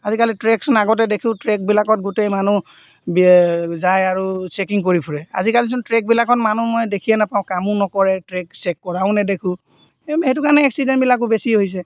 আজিকালি ট্ৰেকচোন আগতে দেখোঁ ট্ৰেকবিলাকত গোটেই মানুহ যায় আৰু চেকিং কৰি ফুৰে আজিকালিচোন ট্ৰেকবিলাকত মানুহ মই দেখিয়ে নাপাওঁ কামো নকৰে ট্ৰেক চেক কৰাও নেদেখোঁ সেইটো কাৰণে এক্সিডেণ্টবিলাকো বেছি হৈছে